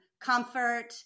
comfort